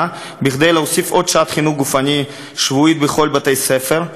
כדי להוסיף עוד שעת חינוך גופני שבועית בכל בתי-הספר,